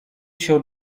się